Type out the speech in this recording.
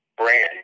brand